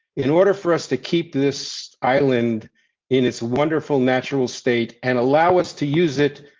in order for us to keep this island in it's wonderful natural state and allow us to use it.